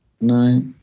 No